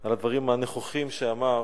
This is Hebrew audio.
על הדברים הנכוחים שאמר,